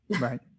Right